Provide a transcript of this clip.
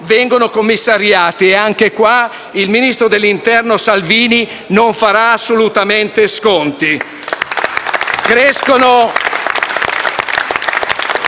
vengono commissariate. Anche su questo il ministro dell'interno Salvini non farà assolutamente sconti.